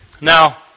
Now